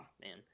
man